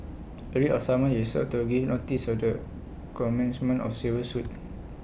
A writ of summons is served to give notice of the commencement of civil suit